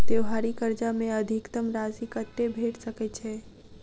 त्योहारी कर्जा मे अधिकतम राशि कत्ते भेट सकय छई?